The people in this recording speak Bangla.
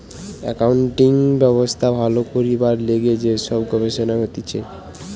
একাউন্টিং ব্যবস্থা ভালো করবার লিগে যে সব গবেষণা হতিছে